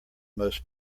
most